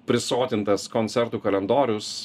prisotintas koncertų kalendorius